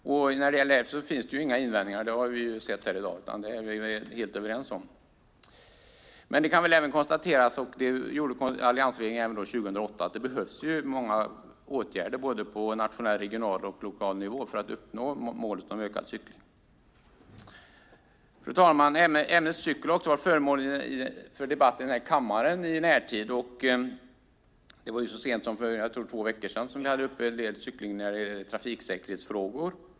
Mot detta finns det inga invändningar. Det har vi hört i dag. Det här är något som vi är helt överens om. Alliansregeringen konstaterade redan 2008 att det behövs många åtgärder på nationell, regional och lokal nivå för att man ska uppnå målet om ökad cykling. Fru talman! Ämnet cykel har varit föremål för debatt här i kammaren i närtid. Så sent som för två veckor sedan talade vi om cykling och trafiksäkerhetsfrågor.